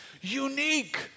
unique